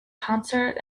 concert